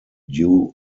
due